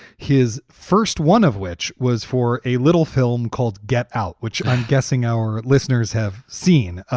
his first one of which was for a little film called get out, which i'm guessing our listeners have seen.